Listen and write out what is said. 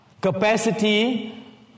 capacity